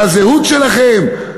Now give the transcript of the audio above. מהזהות שלכם?